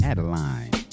Adeline